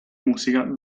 musica